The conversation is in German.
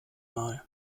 mal